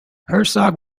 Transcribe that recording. herzog